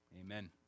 Amen